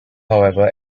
however